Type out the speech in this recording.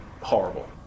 horrible